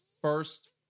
first